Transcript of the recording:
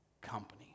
company